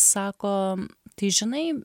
sako tai žinai